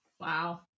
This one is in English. Wow